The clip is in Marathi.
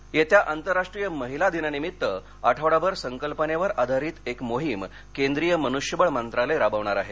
निशंक येत्या आंतरराष्ट्रीय महिला दिनानिमित्त आठवडाभर संकल्पनेवर आधारित एक मोहिम केंद्रीय मनुष्यबळ मंत्रालय राबविणार आहे